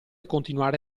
continuare